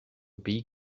pays